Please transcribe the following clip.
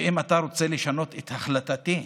ואם אתה רוצה לשנות את החלטתי,